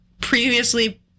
previously